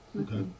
Okay